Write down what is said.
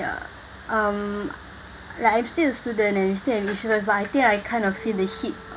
ya um like I'm still a student and still but I think I kind of feel the heat